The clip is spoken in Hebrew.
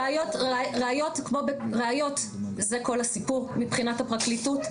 ראיות זה כל הסיפור מבחינת הפרקליטות,